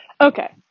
Okay